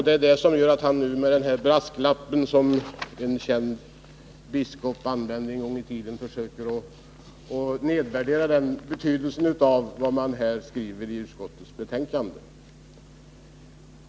Det är det som gör att han nu med denna brasklapp, som en känd biskop använde en gång i tiden, försöker nedvärdera betydelsen av vad utskottet skrivit i sitt betänkande.